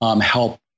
help